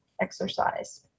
Exercise